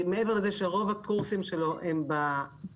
מעבר לזה שרוב הקורסים שלו הם בזום,